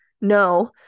no